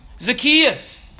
Zacchaeus